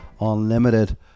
Unlimited